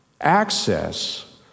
access